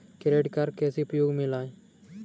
Credit card कैसे उपयोग में लाएँ?